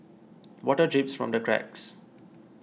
water drips from the cracks